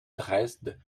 dresde